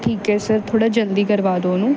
ਠੀਕ ਹੈ ਸਰ ਥੋੜ੍ਹਾ ਜਲਦੀ ਕਰਵਾ ਦਿਓ ਉਹਨੂੰ